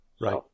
Right